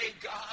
God